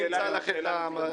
אז אני אמצא לך את המבואה.